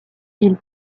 ils